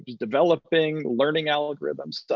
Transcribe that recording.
developing, learning algorithms.